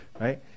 right